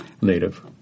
native